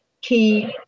key